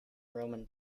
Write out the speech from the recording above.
roman